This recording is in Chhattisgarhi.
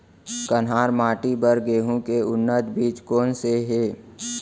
कन्हार माटी बर गेहूँ के उन्नत बीजा कोन से हे?